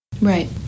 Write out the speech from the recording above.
Right